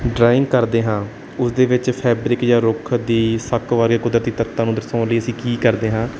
drawing ਕਰਦੇ ਹਾਂ ਉਸਦੇ ਵਿੱਚ ਫੈਬਰਿਕ ਜਾਂ ਰੁੱਖ ਦੀ ਸਕ ਵਰਗੇ ਕੁਦਰਤੀ ਤੱਤਾਂ ਨੂੰ ਦਰਸਾਉਣ ਲਈ ਅਸੀ ਕੀ ਕਰਦੇ ਹਾਂ